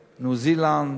ניו-זילנד,